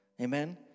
Amen